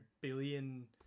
billion